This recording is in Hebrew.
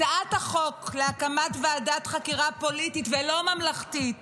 הצעת החוק להקמת ועדת חקירה פוליטית ולא ממלכתית